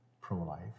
pro-life